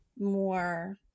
more